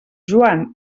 joan